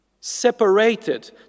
separated